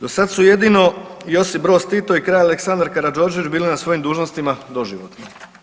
Do sad su jedino Josip Broz Tito i Kralj Aleksandar Karađorđević bili na svojim dužnostima doživotno.